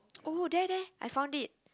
oh there there I found it